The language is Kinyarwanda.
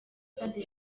sitade